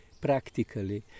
practically